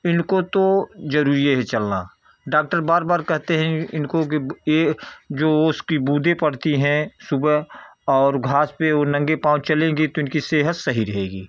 इनको तो ज़रूरी है चलना डॉक्टर बार बार कहते है इनको की यह जो उसकी बूंदी पड़ती है सुबह और घास पर वह नंगे पाँव चलेंगे तो इनकी सेहत सही रहेगी